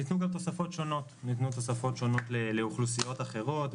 ניתנו גם תוספות שונות לאוכלוסיות אחרות,